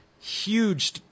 huge